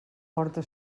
porta